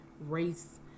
race